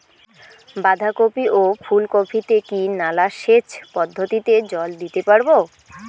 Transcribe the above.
বাধা কপি ও ফুল কপি তে কি নালা সেচ পদ্ধতিতে জল দিতে পারবো?